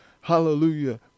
Hallelujah